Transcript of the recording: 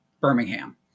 Birmingham